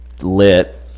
lit